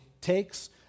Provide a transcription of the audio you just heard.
takes